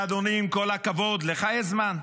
ואדוני, עם כל הכבוד, לך יש זמן.